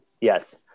Yes